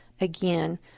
again